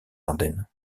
ardennes